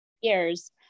years